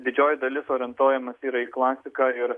didžioji dalis orientuojamasi yra į klasiką ir